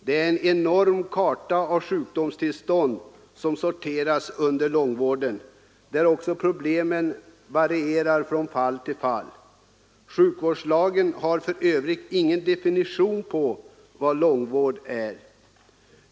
Det är en enorm karta av sjukdomstillstånd som sorterar under långvården, där också problemen varierar från fall till fall. Sjukvårdslagen har för övrigt ingen definition på vad långvård är.